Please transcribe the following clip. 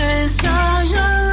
desire